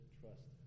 trust